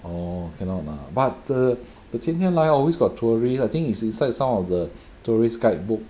oh cannot ah but the the 天天来 always got touring I think it's inside some of the tourist guidebook